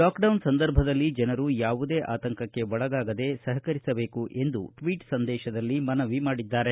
lockdown ಸಂದರ್ಭದಲ್ಲಿ ಜನರು ಯಾವುದೇ ಆತಂಕಕ್ಕೆ ಒಳಗಾಗದೇ ಸಹಕರಿಸಬೇಕು ಎಂದು ಟ್ವೀಟ್ ಸಂದೇಶದಲ್ಲಿ ಮನವಿ ಮಾಡಿದ್ದಾರೆ